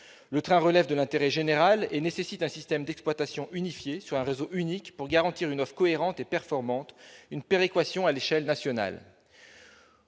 Le train relève de l'intérêt général et nécessite un système d'exploitation unifié, sur un réseau unique, pour garantir une offre cohérente et performante et une péréquation à l'échelle nationale.